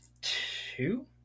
two